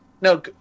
no